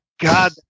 God